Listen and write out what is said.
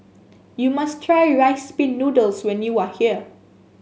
you must try Rice Pin Noodles when you are here